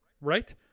Right